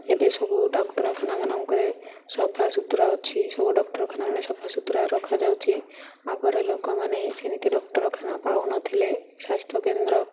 ଏବେ ସବୁ ଡକ୍ଟରଖାନା ମାନଙ୍କରେ ସଫାସୁତୁରା ଅଛି ସବୁ ଡକ୍ଟରଖାନାମାନେ ସଫାସୁତୁରା ରଖାଯାଉଛି ଆଗରେ ଲୋକମାନେ ସେମିତି ଡକ୍ଟରଖାନା ପାଉନ ଥିଲେ ସ୍ୱାସ୍ଥ୍ୟକେନ୍ଦ୍ର